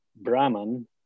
Brahman